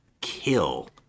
kill